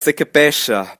secapescha